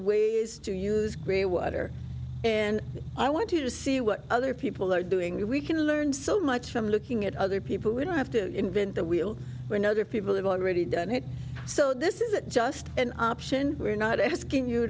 ways to use grey water and i want to see what other people are doing we can learn so much from looking at other people who don't have to invent the wheel when other people have already done it so this isn't just an option we're not asking you